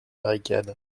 barricade